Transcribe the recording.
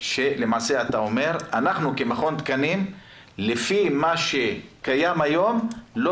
והארוכה שלמעשה אתה אומר: אנחנו כמכון תקנים לפי מה שקיים היום לא